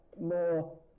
more